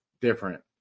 different